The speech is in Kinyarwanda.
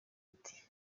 ati